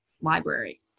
library